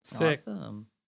Awesome